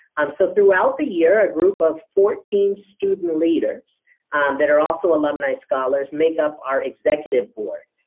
um so throughout the year, a group of fourteen student leaders that are also alumni scholars make up our executive board,